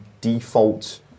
default